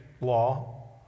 law